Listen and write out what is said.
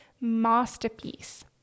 masterpiece